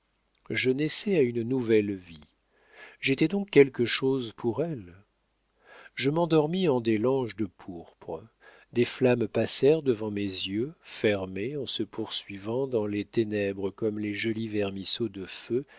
je naissais à une nouvelle vie j'étais donc quelque chose pour elle je m'endormis en des langes de pourpre des flammes passèrent devant mes yeux fermés en se poursuivant dans les ténèbres comme les jolis vermisseaux de feu